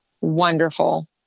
wonderful